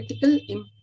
political